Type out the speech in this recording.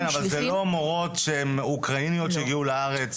כן, אבל אלה לא אוקראיניות שהגיעו לארץ.